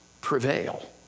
prevail